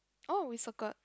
oh we circled